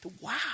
Wow